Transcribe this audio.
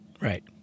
right